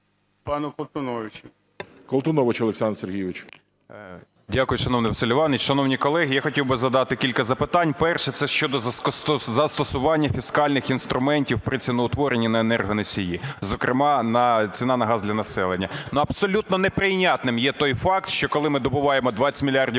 Дякую, шановний Василь Іванович. Шановні колеги, я хотів би задати кілька запитань. Перше, це щодо застосування фіскальних інструментів при ціноутворенні на енергоносії, зокрема ціна на газ для населення. Абсолютно неприйнятним є той факт, що коли ми добуваємо 20 мільярдів